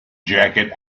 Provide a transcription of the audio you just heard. jacket